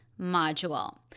module